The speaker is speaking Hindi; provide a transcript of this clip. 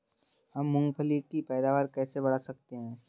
हम मूंगफली की पैदावार कैसे बढ़ा सकते हैं?